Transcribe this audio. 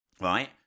right